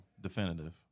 definitive